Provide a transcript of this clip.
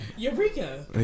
Eureka